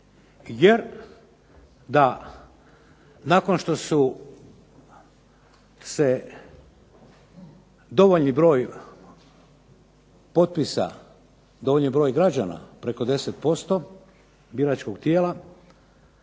jer da nakon što su se dovoljni broj potpisa dovoljni broj građana, preko 10% biračkog tijela,